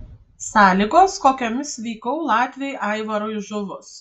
sąlygos kokiomis vykau latviui aivarui žuvus